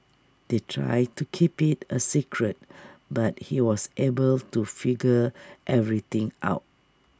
they tried to keep IT A secret but he was able to figure everything out